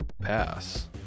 pass